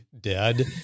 dead